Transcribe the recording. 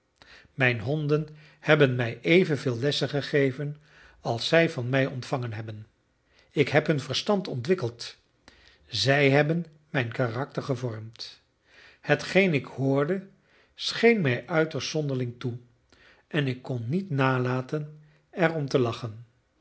mijn honden hebben mij evenveel lessen gegeven als zij van mij ontvangen hebben ik heb hun verstand ontwikkeld zij hebben mijn karakter gevormd hetgeen ik hoorde scheen mij uiterst zonderling toe en ik kon niet nalaten er om te lachen